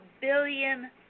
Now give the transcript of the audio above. billion